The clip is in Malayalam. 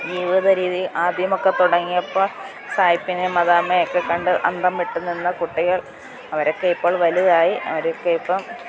ജീവിത രീതി ആദ്യമൊക്കെ തുടങ്ങിയപ്പോൾ സായിപ്പിനെയും മദാമയെയും ഒക്കെ കണ്ട് അന്തം വിട്ടു നിന്ന കുട്ടികൾ അവരൊക്കെ ഇപ്പോൾ വലുതായി അവരൊക്കെ ഇപ്പം